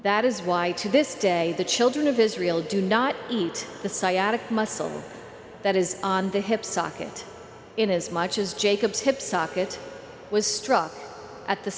that is why to this day the children of israel do not eat the siad of muscle that is on the hip socket in as much as jacob's hip socket was struck at the